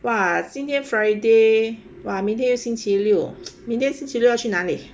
!wah! 今天 friday !wah! 明天星期六明天星期六要去哪里